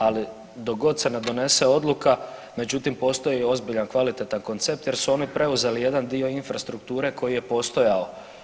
Ali do god se ne donese odluka, međutim postoji ozbiljan kvalitetan koncept jer su oni preuzeli jedan dio infrastrukture koji je postojao.